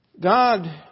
God